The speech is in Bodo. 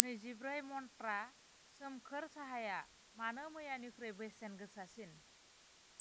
नैजिब्रै मन्त्रा सोमखोर साहाया मानो मैयानिख्रुइ बेसेन गोसासिन